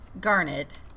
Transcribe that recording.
Garnet